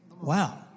Wow